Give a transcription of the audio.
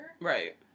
Right